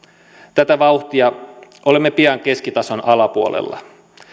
tätä vauhtia olemme pian keskitason alapuolella